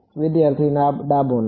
વિદ્યાર્થી ડાબું નોડ